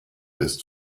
ist